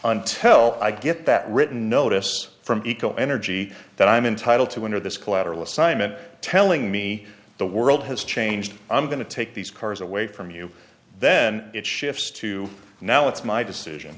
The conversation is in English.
until i get that written notice from eco energy that i'm entitle to under this collateral assignment telling me the world has changed i'm going to take these cars away from you then it shifts to now it's my